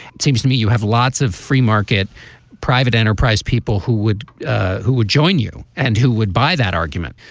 it seems to me you have lots of free market private enterprise people who would who would join you and who would buy that argument.